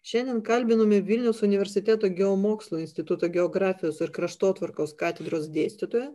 šiandien kalbinome vilniaus universiteto geomokslų instituto geografijos ir kraštotvarkos katedros dėstytoją